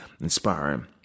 Inspiring